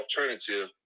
alternative